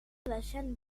deixant